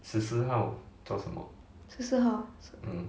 十四号